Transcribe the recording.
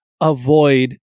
avoid